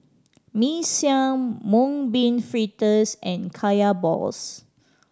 Mee Siam Mung Bean Fritters and Kaya balls